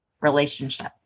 relationship